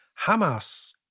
Hamas